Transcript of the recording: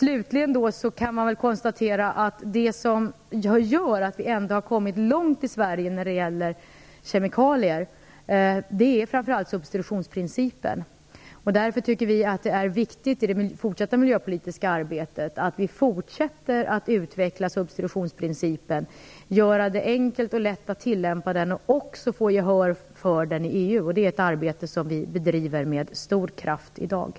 Det som gör att vi i Sverige ändå har kommit långt när det gäller kemikalier är framför allt substitutionsprincipen. Därför tycker vi att det är viktigt att vi i det fortsatta miljöpolitiska arbetet fortsätter att utveckla substitutionsprincipen och att göra det enkelt och lätt att tillämpa den. Men det gäller också att vinna gehör för den i EU. Det är ett arbete som vi i dag med stor kraft bedriver.